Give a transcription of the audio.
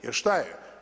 Jer što je?